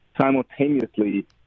simultaneously